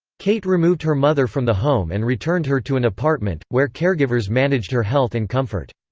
kate removed her mother from the home and returned her to an apartment, where caregivers managed her health and comfort.